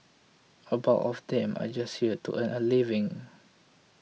a bulk of them are just here to earn a living